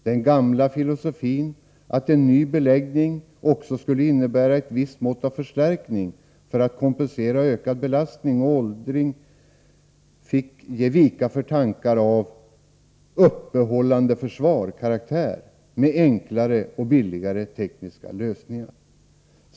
Den gamla filosofin att en ny beläggning också skulle innebära ett visst mått av förstärkning för att kompensera ökad belastning och åldring fick ge vika för tankar av ”uppehållandeförsvar”-karaktär med enklare och billigare tekniska lösningar.